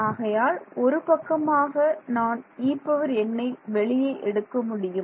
ஆகையால் ஒருபக்கமாக நான் En ஐ வெளியே எடுக்க முடியும்